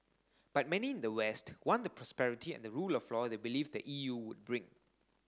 but many in the west want the prosperity and the rule of law they believe the E U would bring